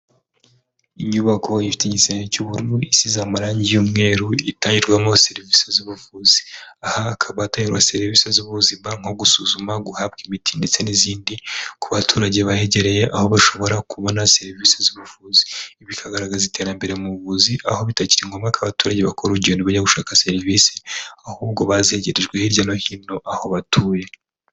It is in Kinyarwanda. Inyubako ifite igisenge cy'ubururu isize amarangi y'umweru itangirwamo serivisi z'ubuvuzi aha hakaba hatangirwa serivisi z'ubuzima nko gusuzuma guhabwa imiti ndetse n'izindi ku baturage bahegereye aho bashobora kubona serivisi z'ubuvuzi bikagaragaza iterambere mu buvuzi aho bitakiri ngombwa ko abaturage bakora urugendo bajya gushaka serivisi ahubwo bazegerejwe hirya no hino aho batuye.